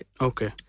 Okay